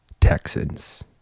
Texans